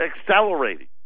accelerating